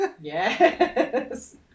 Yes